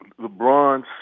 LeBron's